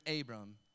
Abram